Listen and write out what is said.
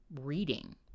reading